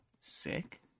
sick